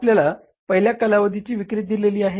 आपल्याला पहिल्या कालावधीची विक्री दिलेली आहे